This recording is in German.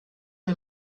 mir